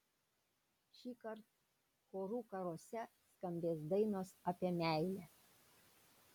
šįkart chorų karuose skambės dainos apie meilę